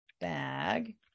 bag